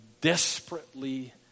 desperately